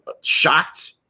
shocked